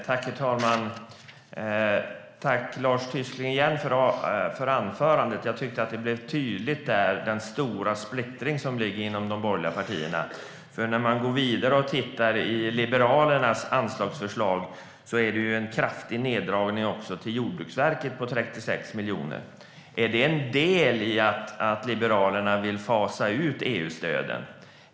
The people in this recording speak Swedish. Herr talman! Tack för inlägget, Lars Tysklind! Jag tyckte att den stora splittring som finns mellan de borgerliga partierna blev tydlig där. När man går vidare och tittar i Liberalernas anslagsförslag ser man ju en kraftig neddragning också till Jordbruksverket på 36 miljoner. Är det en del i att Liberalerna vill fasa ut EU-stöden?